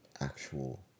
actual